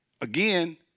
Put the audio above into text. again